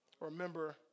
Remember